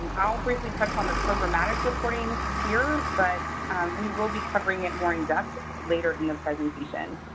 and i'll briefly touch on the programmatic reporting here, but we will be covering it more in depth later in the presentation.